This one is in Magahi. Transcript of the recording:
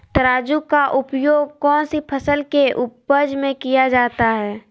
तराजू का उपयोग कौन सी फसल के उपज में किया जाता है?